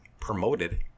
promoted